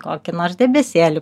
kokį nors debesėlį